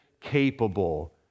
capable